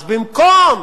אז במקום